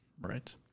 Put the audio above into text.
Right